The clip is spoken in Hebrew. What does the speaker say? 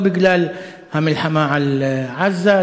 לא בגלל המלחמה על עזה,